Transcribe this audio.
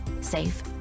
safe